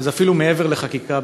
וזה אפילו מעבר לחקיקה,